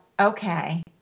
okay